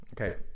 Okay